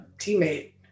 teammate